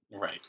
Right